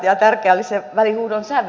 ja tärkeää oli se välihuudon sävy